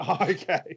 Okay